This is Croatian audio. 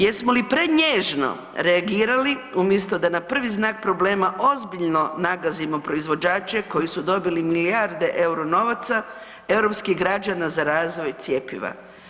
Jesmo li prenježno reagirali, umjesto da na prvi znak problema ozbiljno nagazimo proizvođače koji su dobili milijarde eura novaca, europskih građana za razvoj cjepiva?